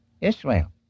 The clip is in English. Israel